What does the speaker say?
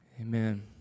Amen